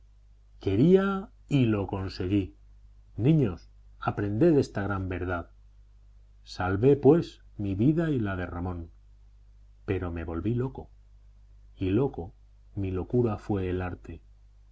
quería y lo conseguí niños aprended esta gran verdad salvé pues mi vida y la de ramón pero me volví loco y loco mi locura fue el arte